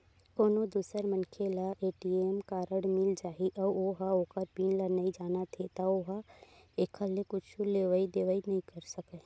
कोनो दूसर मनखे ल ए.टी.एम कारड मिल जाही अउ ओ ह ओखर पिन ल नइ जानत हे त ओ ह एखर ले कुछु लेवइ देवइ नइ कर सकय